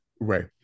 Right